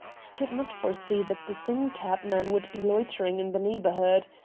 he could not foresee that the same cabman would be loitering in the neighborhood.